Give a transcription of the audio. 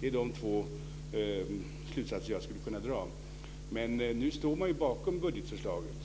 Det är de två slutsatser jag skulle kunna dra. Men nu står man bakom budgetförslaget,